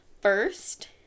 first